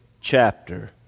chapter